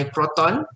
Proton